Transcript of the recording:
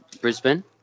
Brisbane